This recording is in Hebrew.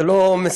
זה לא,